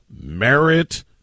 merit